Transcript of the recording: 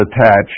attached